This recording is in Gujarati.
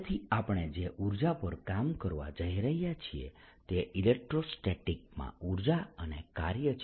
તેથી આપણે જે ઊર્જા પર કામ કરવા જઈ રહ્યા છીએ તે ઇલેક્ટ્રોસ્ટેટિક્સ માં ઊર્જા અને કાર્ય છે